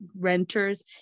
renters